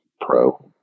Pro